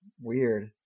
Weird